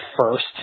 first